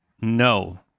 no